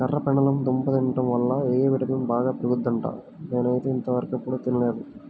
కర్రపెండలం దుంప తింటం వల్ల ఎ విటమిన్ బాగా పెరుగుద్దంట, నేనైతే ఇంతవరకెప్పుడు తినలేదు